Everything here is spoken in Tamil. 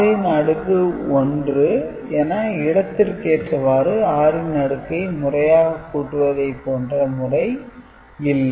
இதில் முந்தையதை போன்று rn r1 என இடத்திற்கேற்றவாறு r ன் அடுக்கை முறையாக கூட்டுவதை போன்ற முறை இல்லை